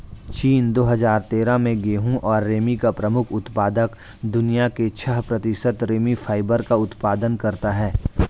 चीन, दो हजार तेरह में गेहूं और रेमी का प्रमुख उत्पादक, दुनिया के छह प्रतिशत रेमी फाइबर का उत्पादन करता है